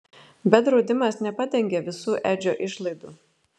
bet draudimas nepadengė visų edžio išlaidų